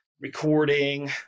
recording